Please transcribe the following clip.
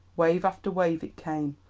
wave after wave it came,